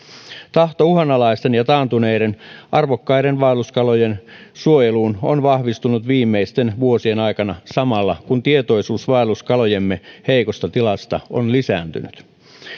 tahto uhanalaisten ja taantuneiden arvokkaiden vaelluskalojen suojeluun on vahvistunut viimeisten vuosien aikana samalla kun tietoisuus vaelluskalojemme heikosta tilasta on lisääntynyt